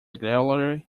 gallery